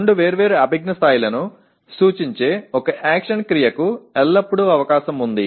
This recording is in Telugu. రెండు వేర్వేరు అభిజ్ఞా స్థాయిలను సూచించే ఒక యాక్షన్ క్రియకు ఎల్లప్పుడూ అవకాశం ఉంది